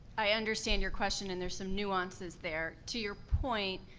i understand your question and there's some nuances there. to your point,